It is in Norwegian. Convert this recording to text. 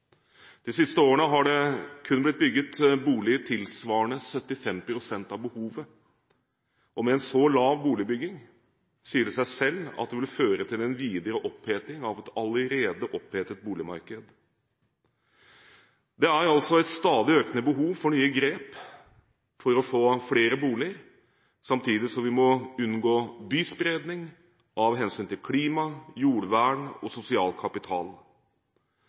De siste årene har det kun blitt bygget boliger tilsvarende 75 pst. av behovet. Med en så lav boligbygging sier det seg selv at det vil føre til en videre oppheting av et allerede opphetet boligmarked. Det er altså et stadig økende behov for nye grep for å få flere boliger, samtidig som vi må unngå byspredning av hensyn til klima, jordvern og sosial kapital.